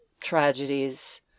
tragedies